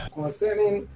concerning